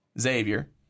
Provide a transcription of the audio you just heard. Xavier